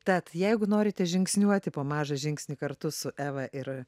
tad jeigu norite žingsniuoti po mažą žingsnį kartu su eva ir